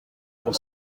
pour